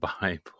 Bible